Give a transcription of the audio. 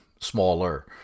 smaller